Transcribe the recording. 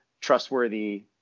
trustworthy